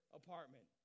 apartment